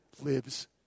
lives